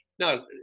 No